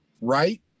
right